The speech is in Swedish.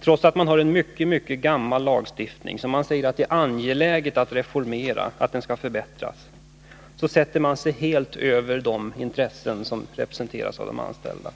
Trots att man säger att det är angeläget att reformera och förbättra den mycket gamla lagstiftning vi har, sätter man sig helt över de intressen som representeras av de anställda.